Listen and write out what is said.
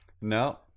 No